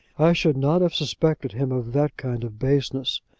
i should not have suspected him of that kind of baseness,